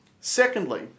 Secondly